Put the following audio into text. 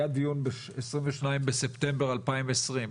היה דיון ב-22 בספטמבר 2020,